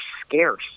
scarce